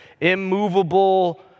immovable